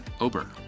Ober